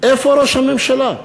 איפה ראש הממשלה?